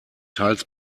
teils